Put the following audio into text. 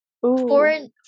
Foreign